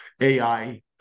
AI